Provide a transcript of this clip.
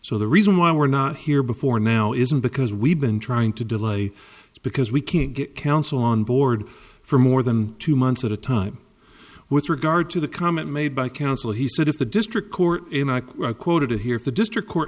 so the reason why we're not here before now isn't because we've been trying to delay it's because we can't get counsel on board for more than two months at a time with regard to the comment made by counsel he said if the district court quoted here if the district court